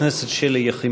בבקשה, גברתי.